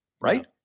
right